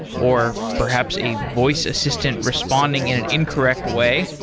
or perhaps a voice assistant responding in an incorrect way,